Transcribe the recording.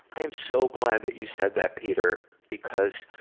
i am so glad that you said that peter, because